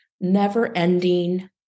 never-ending